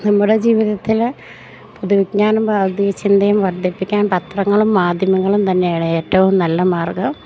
നമ്മുടെ ജീവിതത്തിൽ പൊതുവിജ്ഞാനം ചിന്തയും വർദ്ധിപ്പിക്കാൻ പത്രങ്ങളും മാധ്യമങ്ങളും തന്നെയാണ് ഏറ്റവും നല്ല മാർഗ്ഗം